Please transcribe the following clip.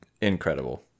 incredible